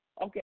okay